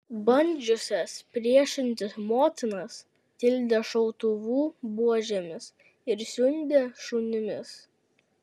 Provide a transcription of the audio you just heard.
bandžiusias priešintis motinas tildė šautuvų buožėmis ir siundė šunimis